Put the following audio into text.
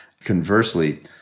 Conversely